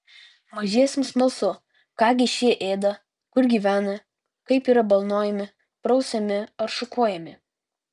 mažiesiems smalsu ką gi šie ėda kur gyvena kaip yra balnojami prausiami ar šukuojami